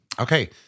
Okay